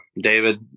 David